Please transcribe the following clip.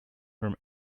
from